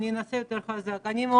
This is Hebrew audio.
אני באמת מאוד מודאגת.